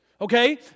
Okay